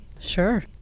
Sure